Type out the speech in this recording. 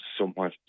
somewhat